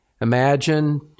imagine